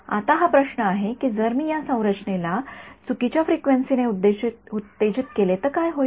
आता हा प्रश्न आहे की जर मी या संरचनेला चुकीच्या फ्रिक्वेन्सीने उत्तेजित केले तर काय होईल